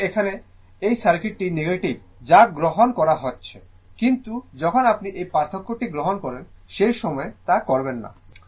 সুতরাং এখানে এই সাইডটি নেগেটিভ সাইড যা গ্রহণ করা হয়েছে কিন্তু যখন আপনি এই পার্থক্যটি গ্রহণ করেন সেই সময় তা করবেন না